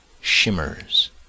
shimmers